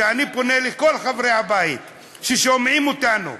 אני פונה לכל חברי הבית ששומעים אותנו,